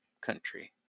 country